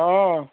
অঁ